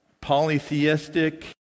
polytheistic